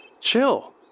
Chill